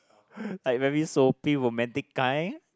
like very soapy romantic kind